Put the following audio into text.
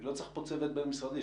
לא צריך צוות בין משרדי,